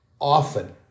often